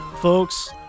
folks